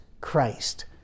Christ